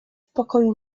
pokoju